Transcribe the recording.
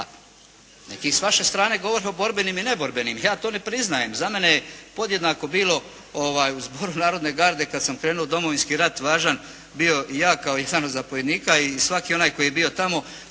Neki s vaše strane govore o borbenim i neborbenim. Ja to ne priznajem. Za mene je podjednako bilo u Zboru narodne garde kad sam krenuo u Domovinski rat važan bio ja kao i sam zapovjednik i svaki onaj koji je bio tamo